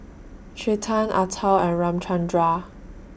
Chetan Atal and Ramchundra